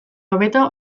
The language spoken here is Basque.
hobeto